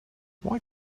why